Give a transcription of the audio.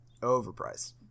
overpriced